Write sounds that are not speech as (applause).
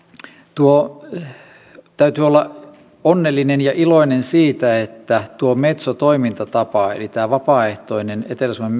täytyy olla onnellinen ja iloinen siitä että tuo metso toimintatapa eli tämä vapaaehtoinen etelä suomen (unintelligible)